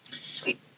sweet